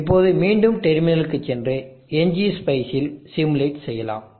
இப்போது மீண்டும் டெர்மினலுக்கு சென்று ngspice இல் சிமுலேட் செய்யலாம்